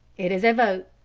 it is a vote.